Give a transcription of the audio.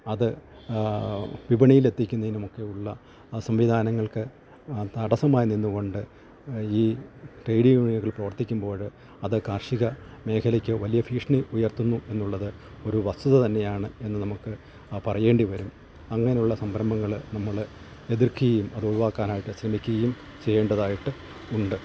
അത് വിപണിയിലെത്തിക്കുന്നതിനുമൊക്കെയുള്ള സംവിധാനങ്ങൾക്ക് തടസമായി നിന്നുകൊണ്ട് ഈ ട്രേഡ് യൂണിയനുകൾ പ്രവർത്തിക്കുമ്പോഴ് അത് കാർഷിക മേഖലയ്ക്ക് വലിയ ഭീക്ഷണി ഉയർത്തുന്നു എന്നുള്ളത് ഒരു വസ്തുത തന്നെയാണ് എന്ന് നമുക്ക് പറയേണ്ടി വരും അങ്ങനെയുള്ള സംരംഭങ്ങള് നമ്മള് എതിർക്കുകയും അത് ഒഴിവാക്കാനായിട്ട് ശ്രമിക്കുകയും ചെയ്യേണ്ടതായിട്ട് ഉണ്ട്